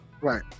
Right